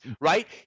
right